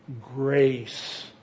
grace